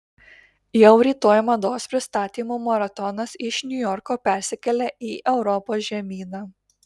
jau rytoj mados pristatymų maratonas iš niujorko persikelia į europos žemyną